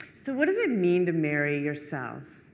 so what does it mean to marry yourself?